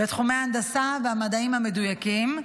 בתחומי ההנדסה והמדעים המדויקים,